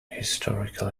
historical